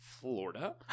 Florida